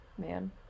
Man